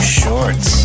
shorts